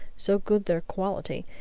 so good their quality.